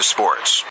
Sports